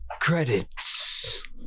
credits